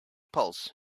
pulse